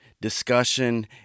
discussion